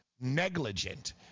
negligent